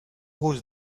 was